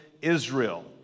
Israel